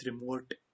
remote